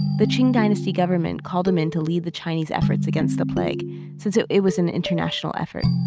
the qing dynasty government called them in to lead the chinese efforts against the plague since it it was an international effort.